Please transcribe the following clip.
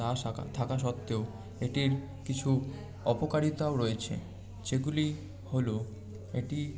তা থাকা সত্ত্বেও এটির কিছু অপকারিতাও রয়েছে যেগুলি হল এটি